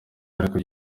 ariko